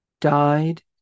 died